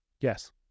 Yes